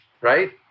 right